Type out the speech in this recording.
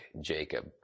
Jacob